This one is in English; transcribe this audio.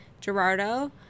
gerardo